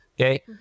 Okay